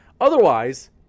otherwise